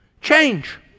Change